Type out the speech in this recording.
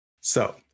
So-